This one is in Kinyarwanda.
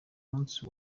munsi